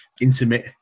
intimate